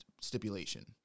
stipulation